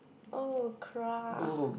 oh crap